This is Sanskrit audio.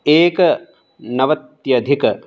एकनवत्यधिक